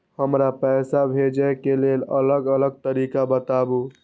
हमरा पैसा भेजै के लेल अलग अलग तरीका बताबु?